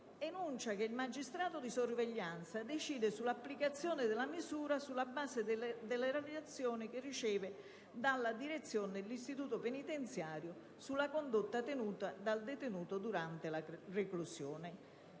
enuncia che il magistrato di sorveglianza decide sull'applicazione della misura sulla base delle relazioni che riceve dalla direzione dell'istituto penitenziario sulla condotta tenuta dal detenuto durante la reclusione.